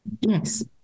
Yes